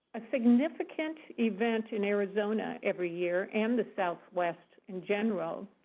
a significant event in arizona every year, and the southwest in general,